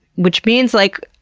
which means, like